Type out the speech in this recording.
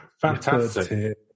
Fantastic